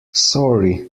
sorry